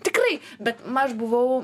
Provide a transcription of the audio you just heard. tikrai bet aš buvau